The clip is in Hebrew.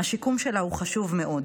השיקום שלה הוא חשוב מאוד.